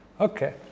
Okay